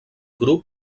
grup